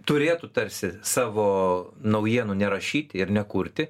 turėtų tarsi savo naujienų nerašyti ir nekurti